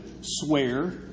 swear